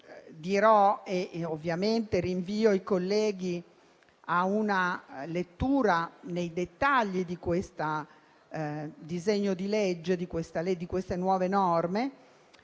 dirò (ovviamente invito i colleghi a leggere nel dettaglio questo disegno di legge e queste nuove norme),